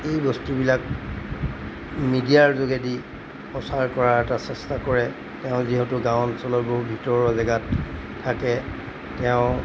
এই বস্তুবিলাক মিডিয়াৰ যোগেদি প্ৰচাৰ কৰাৰ এটা চেষ্টা কৰে তেওঁ যিহেতু গাঁও অঞ্চলৰ বহু ভিতৰুৱা জেগাত থাকে তেওঁ